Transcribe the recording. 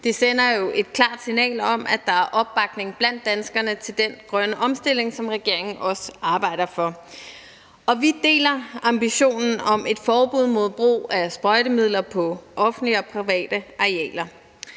Det sender jo et klart signal om, at der er opbakning blandt danskerne til den grønne omstilling, som regeringen også arbejder for. Og vi deler ambitionen om et forbud mod brug af sprøjtemidler på offentlige og private arealer.